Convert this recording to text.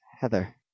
Heather